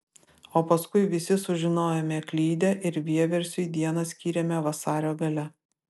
o paskui visi sužinojome klydę ir vieversiui dieną skyrėme vasario gale